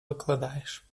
викладаєш